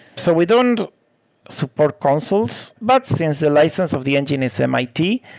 so we don't support consoles, but since the license of the engine is mit,